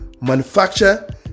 Manufacture